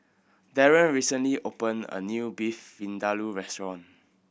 Darren recently opened a new Beef Vindaloo Restaurant